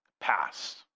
past